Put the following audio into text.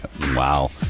Wow